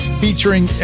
featuring